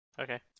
okay